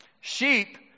sheep